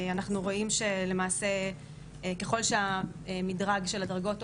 אנחנו רואים שלמעשה ככל שהמדרג של הדרגות עולה,